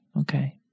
okay